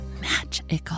magical